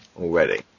already